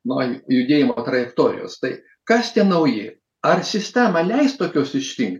man judėjimo trajektorijos tai kas tie nauji ar sistema leis tokios išti